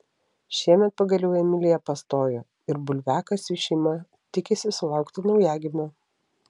šiemet pagaliau emilija pastojo ir bulviakasiui šeima tikisi sulaukti naujagimio